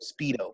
speedo